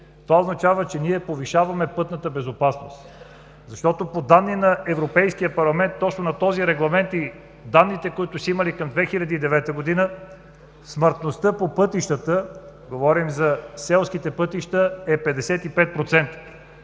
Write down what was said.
това означава, че ние повишаваме пътната безопасност. Защото по данни на Европейския парламент, точно на този регламент и данните, които са имали към 2009 г., смъртността по пътищата – говорим за селските пътища, е 55%,